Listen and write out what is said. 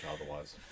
otherwise